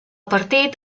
partit